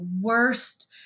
worst